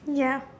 yeap